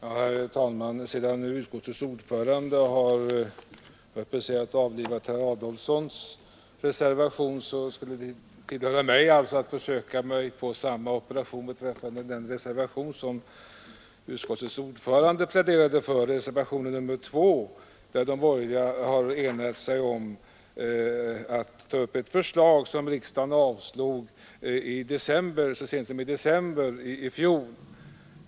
Herr talman! Sedan utskottets ordförande speciellt har avlivat herr Adolfssons reservation skall det väl tillkomma mig att försöka mig på samma operation beträffande den reservation som utskottets ordförande pläderade för, nämligen reservationen 2, där de borgerliga har enat sig om att ta upp ett förslag som riksdagen avslog så sent som i december i fjol.